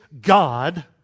God